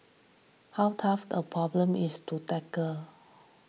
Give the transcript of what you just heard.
how tough a problem is to tackle